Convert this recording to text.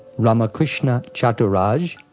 ramakrishna chaturaj,